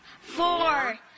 four